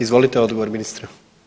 Izvolite odgovor ministre.